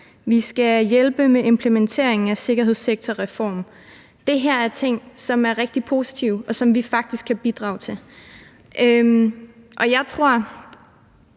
vi skal hjælpe med implementeringen af sikkerhedssektorreformen. Det er ting, som er rigtig positive, og som vi faktisk kan bidrage til. Jeg tror,